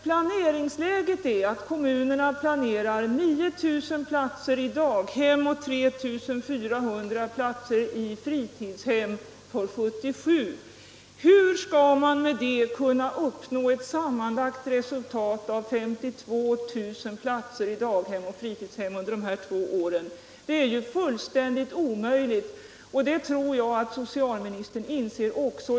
Planeringsläget innebär att kommunerna planerar 9 000 platser i daghem och 3 400 platser i fritidshem för 1977. Hur skall man med det kunna uppnå ett sammanlagt resultat av 52 000 platser i daghem och fritidshem under dessa två år? Det är ju fullständigt omöjligt, och det tror jag att socialministern också inser.